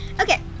Okay